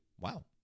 wow